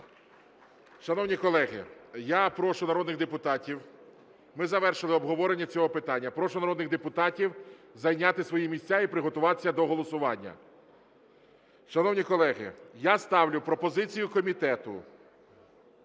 Шановні колеги, я прошу народних депутатів… Ми завершили обговорення цього питання. Прошу народних депутатів зайняти свої місця і приготуватися до голосування. Шановні колеги, я ставлю пропозицію комітету